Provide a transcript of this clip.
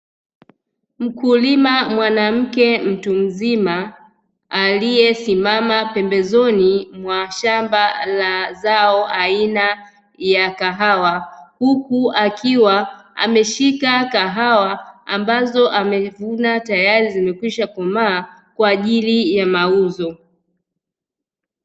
Mkulima mwanamke mtu mzima, aliyesimama pembezoni mwa shamba la zao aina ya kahawa, huku akiwa ameshika kahawa ambazo amezivuna tayari zimekwisha komaa kwa ajili ya mauzo.